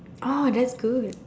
oh that's good